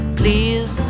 please